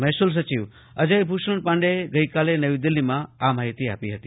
મહેસૂલ સચિવ અજય ભૂષણ પાંડે એ આજે નવી દિલ્હીમાં આ માહીતી આપી હતી